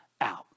out